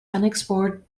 unexplored